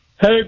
Hey